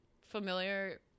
familiar